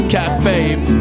Cafe